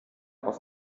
auf